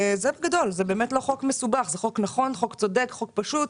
זה חוק נכון, חוק צודק, חוק פשוט